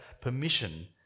permission